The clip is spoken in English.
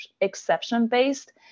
exception-based